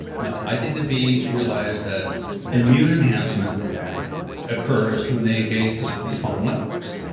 now i think the bees realized that immune enhancement yeah occurs when they engage these these fungal networks.